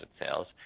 sales